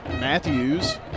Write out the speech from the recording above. Matthews